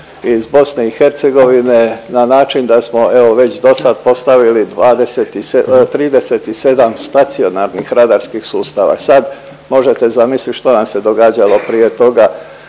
iz BiH na način da smo evo već dosad postavili 20, 37 stacionarnih radarskih sustava sad možete zamisliti što nam se događalo prije toga,